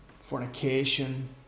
fornication